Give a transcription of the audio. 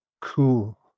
cool